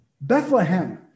Bethlehem